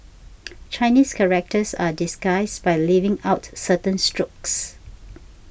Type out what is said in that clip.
Chinese characters are disguised by leaving out certain strokes